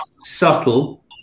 subtle